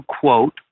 quote